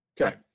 Okay